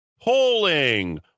Polling